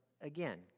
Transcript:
again